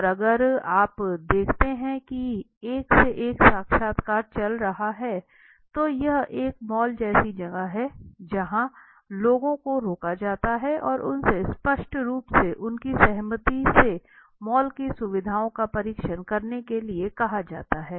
और अगर आप देखते हैं कि एक से एक साक्षात्कार चल रहा है तो यह एक मॉल जैसी जगह है जहाँ लोगों को रोका जाता है और उनसे स्पष्ट रूप से उनकी सहमति से मॉल की सुविधाओं का परीक्षण करने के लिए कहा जाता है